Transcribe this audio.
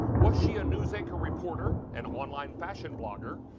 was she a news anchor reporter, an online fashion blogger,